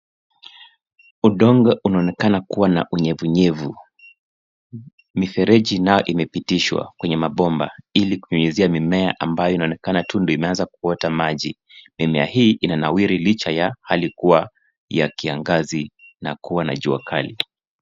Udongo unaonekana kuwa na unyevunyevu. Mifereji nayo imepitishwa kwenye bomba, ili kunyunyizia mimia ambayo inaonekana ndio tu imeanza kuota maji. Mimia hii inanawiri licha ya hali kuwa ya kiangazi na kuwa na jia kali.